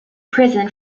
prison